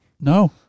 No